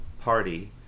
party